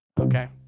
Okay